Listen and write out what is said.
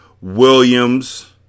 Williams